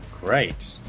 Great